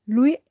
Lui